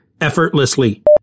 effortlessly